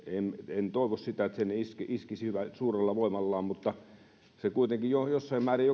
en toivo sitä että se iskisi suurella voimallaan mutta se kuitenkin jossain määrin